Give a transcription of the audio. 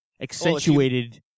accentuated